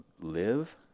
live